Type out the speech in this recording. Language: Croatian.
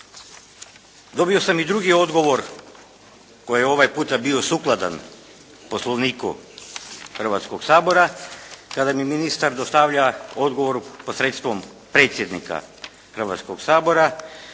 dobio sam i drugi odgovor koji je ovaj puta bio sukladan Poslovniku Hrvatskog sabora kada mi ministar dostavlja odgovor posredstvom predsjednika Hrvatskog sabora